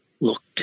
Looked